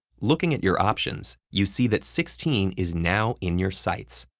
looking at your options, you see that sixteen is now in your sights.